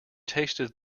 tasted